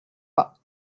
pas